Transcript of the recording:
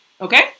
Okay